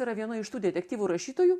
yra viena iš tų detektyvų rašytojų